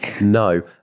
No